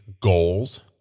goals